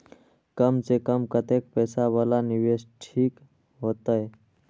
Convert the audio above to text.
कम से कम कतेक पैसा वाला निवेश ठीक होते?